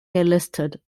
gelistet